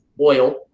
oil